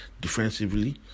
defensively